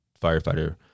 firefighter